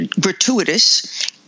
gratuitous